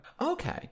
Okay